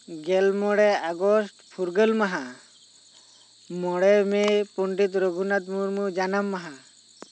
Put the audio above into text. ᱜᱮᱞ ᱢᱚᱬᱮ ᱟᱜᱚᱥᱴ ᱯᱷᱩᱨᱜᱟᱹᱞ ᱢᱟᱦᱟ ᱢᱚᱬᱮ ᱢᱮ ᱯᱚᱸᱰᱤᱛ ᱨᱟᱹᱜᱷᱩᱱᱟᱛ ᱢᱩᱨᱢᱩ ᱡᱟᱱᱟᱢ ᱢᱟᱦᱟ